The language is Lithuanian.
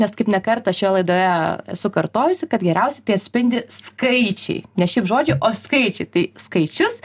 nes kaip ne kartą šioje laidoje esu kartojusi kad geriausiai tai atspindi skaičiai ne šiaip žodžiai o skaičiai tai skaičius